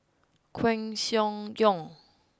Koeh Sia Yong